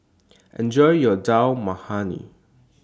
Enjoy your Dal Makhani